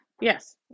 yes